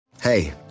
Hey